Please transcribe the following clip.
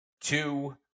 two